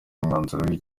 umwanzuro